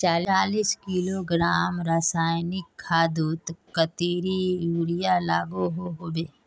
चालीस किलोग्राम रासायनिक खादोत कतेरी यूरिया लागोहो होबे?